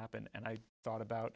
happen and i thought about